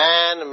Man